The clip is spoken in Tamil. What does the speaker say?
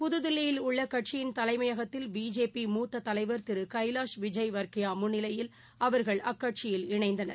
புதுதில்லியில் உள்ளகட்சியின் தலைமையகத்தில் பிஜேபி மூத்ததலைவர் திருகைவாஷ் விஜய் வர்க்கியாமுன்னிலையில் அவர்கள் அக்கட்சியில் இணைந்தனர்